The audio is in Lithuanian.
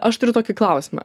aš turiu tokį klausimą